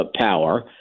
power